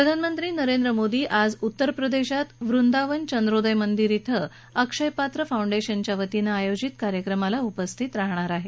प्रधानमंत्री नरेंद्र मोदी आज उत्तर प्रदेशात वृदांवन चंद्रोदय मंदिर क्रि अक्षय पात्र फाऊंडेशनच्या वतीनं आयोजित कार्यक्रमाला उपस्थित राहणार आहेत